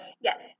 yes